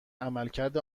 عملکرد